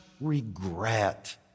regret